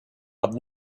but